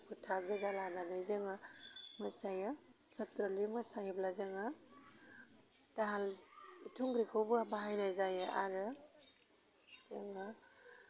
आरो फोथा गोजा लानानै जोङो मोसायो सथ्रालि मोसायोब्ला जोङो दाहाल थुंग्रिखौबो बाहायनाय जायो आरो जोङो